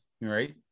right